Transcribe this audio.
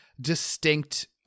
distinct